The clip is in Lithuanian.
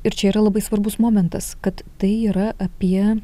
ir čia yra labai svarbus momentas kad tai yra apie